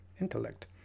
intellect